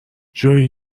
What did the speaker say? جویی